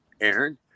Aaron